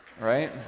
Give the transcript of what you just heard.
Right